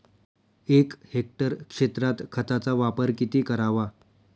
एक हेक्टर क्षेत्रात खताचा वापर किती करावा?